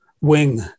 wing